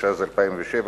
התש"ז 2007,